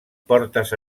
portes